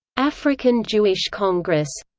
african jewish congress